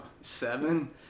seven